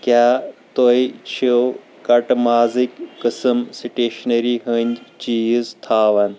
کیٛاہ تُہۍ چھِو کٹہٕ مازٕکۍ قٕسم سٕٹیشنٔری ہٟنٛدۍ چیٖز تھاوان ؟